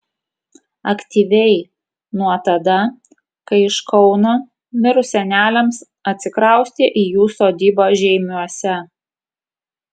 aktyviai nuo tada kai iš kauno mirus seneliams atsikraustė į jų sodybą žeimiuose